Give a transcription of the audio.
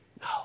No